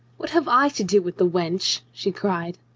what have i to do with the wench? she cried.